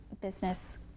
business